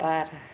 बार